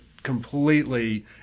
completely